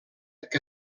que